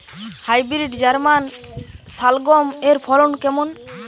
Hybrid German শালগম এর ফলন কেমন?